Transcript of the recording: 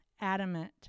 adamant